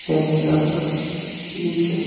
کیٛازِ مےٚ چھُ باسان یِم چھِ